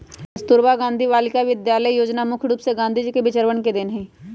कस्तूरबा गांधी बालिका विद्यालय योजना मुख्य रूप से गांधी जी के विचरवन के देन हई